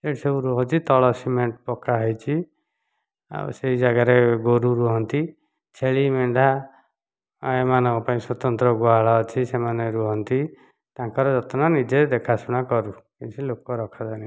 ଏଇଠି ସବୁ ରହୁଚି ତଳ ସିମେଣ୍ଟ ପକ୍କା ହୋଇଛି ଆଉ ସେଇ ଜାଗାରେ ଗୋରୁ ରୁହନ୍ତି ଛେଳି ମେଣ୍ଢା ଆଉ ଏମାନଙ୍କ ପାଇଁ ସ୍ୱତନ୍ତ୍ର ଗୁହାଳ ଅଛି ସେମାନେ ରୁହନ୍ତି ତାଙ୍କର ଯତ୍ନ ନିଜେ ଦେଖା ଶୁଣା କରୁ କିଛି ଲୋକ ରଖାଯାଇନି